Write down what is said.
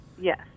Yes